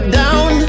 down